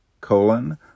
colon